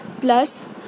plus